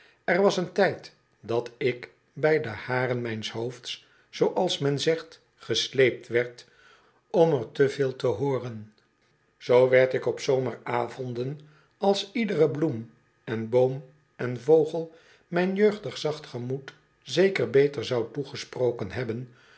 er was een tijd dat ik bij de haren mijns hoofds zooals men zegt gesleept werd om er te veel te hooren zoo werd ik op zomeravonden als iedere bloem en boom en vogel mijn jeugdig zacht gemoed zeker beter zou toegesproken hebben